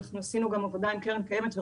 אנחנו עשינו גם עבודה עם קק"ל וראינו